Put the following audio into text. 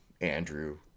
Andrew